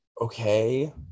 okay